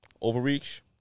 overreach